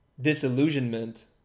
disillusionment